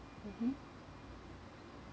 mmhmm